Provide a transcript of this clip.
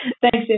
Thanks